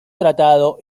tratado